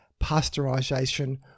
pasteurization